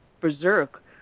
berserk